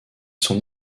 son